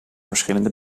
verschillende